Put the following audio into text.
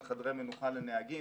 על חדרי מנוחה לנהגים,